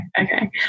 okay